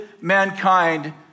mankind